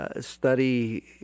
Study